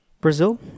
Brazil